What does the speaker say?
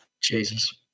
Jesus